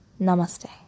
Namaste